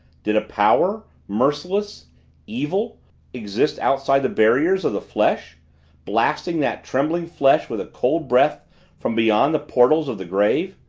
did a power merciless evil exists outside the barriers of the flesh blasting that trembling flesh with a cold breath from beyond the portals of the grave?